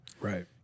Right